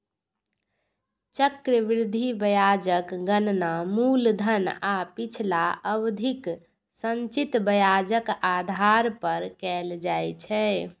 चक्रवृद्धि ब्याजक गणना मूलधन आ पिछला अवधिक संचित ब्याजक आधार पर कैल जाइ छै